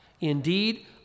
Indeed